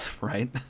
right